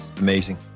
Amazing